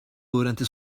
durante